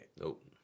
Nope